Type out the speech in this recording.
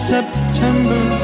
September